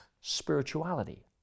Spirituality